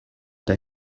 der